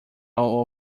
all